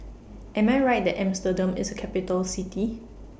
Am I Right that Amsterdam IS A Capital City